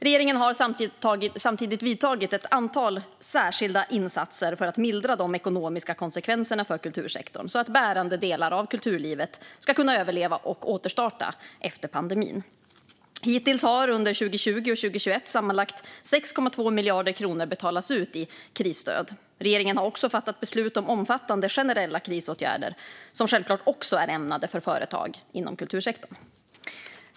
Regeringen har samtidigt gjort en rad särskilda insatser för att mildra de ekonomiska konsekvenserna för kultursektorn så att bärande delar av kulturlivet ska kunna överleva och återstarta efter pandemin. Hittills har under 2020 och 2021 sammanlagt 6,2 miljarder kronor betalats ut i krisstöd. Regeringen har också fattat beslut om omfattande generella krisåtgärder, som självklart också är ämnade för företag inom kultursektorn.